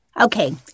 Okay